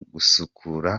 gusukura